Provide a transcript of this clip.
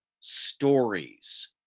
Stories